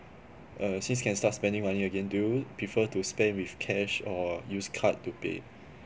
err since can start spending money again do you prefer to spend with cash or use card to pay